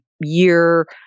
year